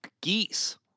geese